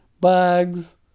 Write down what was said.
Bugs